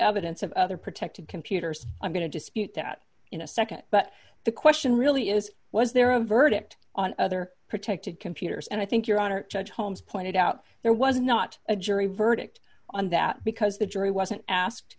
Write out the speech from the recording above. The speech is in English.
evidence of other protected computers i'm going to dispute that in a nd but the question really is was there a verdict on other protected computers and i think your honor judge holmes pointed out there was not a jury verdict on that because the jury wasn't asked